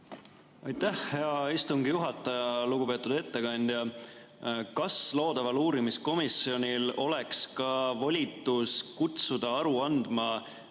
Aitäh, hea istungi juhataja! Lugupeetud ettekandja! Kas loodaval uurimiskomisjonil oleks ka volitus kutsuda aru andma